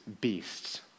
beasts